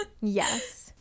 Yes